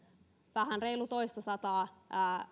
vähän reilu toistasataa